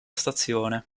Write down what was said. stazione